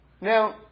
Now